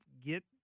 get